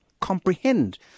comprehend